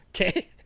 okay